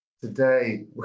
Today